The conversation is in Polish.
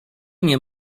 nie